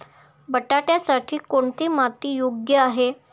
बटाट्यासाठी कोणती माती योग्य आहे?